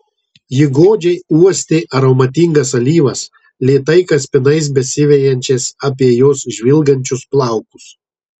ji godžiai uostė aromatingas alyvas lėtai kaspinais besivejančias apie jos žvilgančius plaukus